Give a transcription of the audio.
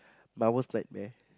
my worst nightmare